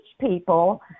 people